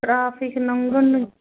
traffic ਨੰਘਣ